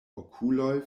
okuloj